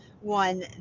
one